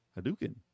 Hadouken